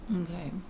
Okay